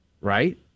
Right